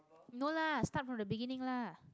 no lah start from the beginning lah